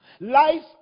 Life